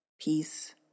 peace